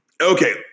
Okay